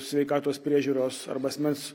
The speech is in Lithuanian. sveikatos priežiūros arba asmens